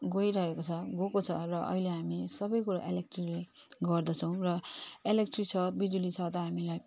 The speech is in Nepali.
गइराहेको छ गएको छ र अहिले हामी सबै कुरा इलेक्ट्रिकले गर्दछौँ र इलेक्ट्रिक छ बिजुली छ त हामीलाई